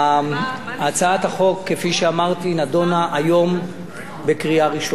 הצעת החוק, כפי שאמרתי, נדונה היום בקריאה ראשונה.